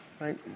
right